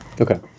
Okay